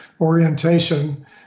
orientation